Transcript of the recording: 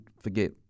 forget